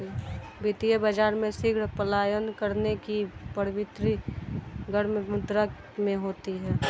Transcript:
वित्तीय बाजार में शीघ्र पलायन करने की प्रवृत्ति गर्म मुद्रा में होती है